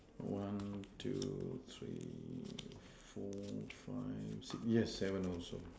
one two three four five six yes seven also